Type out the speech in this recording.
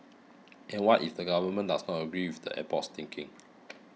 and what if the Government does not agree with the airport's thinking